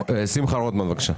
שמחה רוטמן, בבקשה.